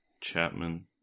Chapman